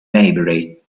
maybury